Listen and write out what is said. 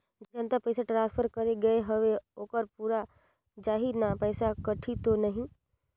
जतना पइसा ट्रांसफर करे गये हवे ओकर पूरा जाही न पइसा कटही तो नहीं?